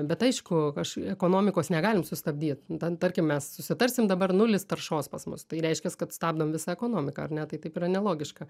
bet aišku aš ekonomikos negalim sustabdyt ten tarkim mes susitarsim dabar nulis taršos pas mus tai reiškias kad stabdom visą ekonomiką ar ne tai taip yra nelogiška